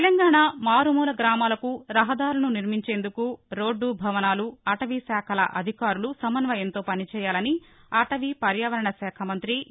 తెలంగాణ మారుమూల గ్రామాలకు రహదారులను నిర్శించేందుకు రోడ్లు భవనాలు అటవీ శాఖల అధికారులు సమన్వయంతో పనిచేయాలని అటవీ పర్యావరణ శాఖ మంతి ఎ